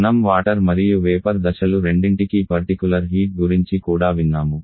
మనం వాటర్ మరియు వేపర్ దశలు రెండింటికీ పర్టికులర్ హీట్ గురించి కూడా విన్నాము